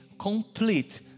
complete